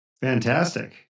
Fantastic